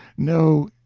no